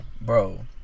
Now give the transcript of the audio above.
Bro